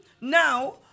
now